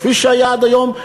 כפי שהיה עד היום,